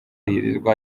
yirirwa